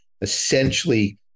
essentially